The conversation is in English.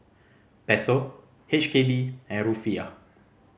Peso H K D and Rufiyaa